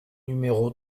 numéro